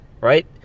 right